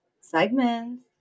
Segments